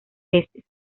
peces